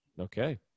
Okay